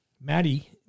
Maddie